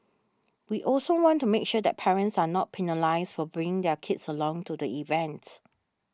we also want to make sure that parents are not penalised for bringing their kids along to the events